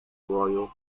royal